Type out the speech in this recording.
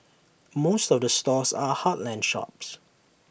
most of the stores are heartland shops